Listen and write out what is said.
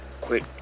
Quit